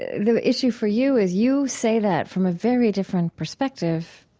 the issue for you is you say that from a very different perspective,